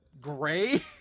gray